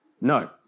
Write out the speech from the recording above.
No